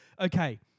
Okay